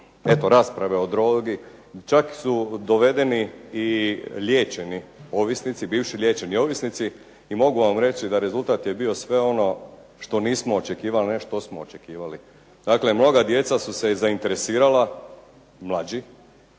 dobre rasprave o drogu. Čak su dovedeni i liječeni ovisnici, bivši liječeni ovisnici i mogu vam reći da rezultat je bio sve ono što nismo očekivali, ne što smo očekivali. Dakle, mnoga djeca su se zainteresirala, mlađi.